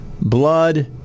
Blood